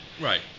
Right